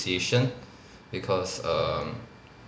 appreciation because um